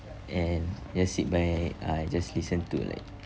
and just sit by uh just listen to like